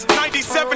97